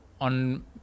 on